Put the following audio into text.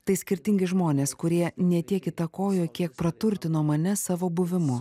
tai skirtingi žmonės kurie ne tiek įtakojo kiek praturtino mane savo buvimu